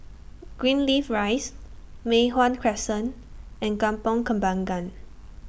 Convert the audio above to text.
Greenleaf Rise Mei Hwan Crescent and Kampong Kembangan